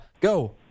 Go